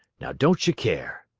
now don't ye care!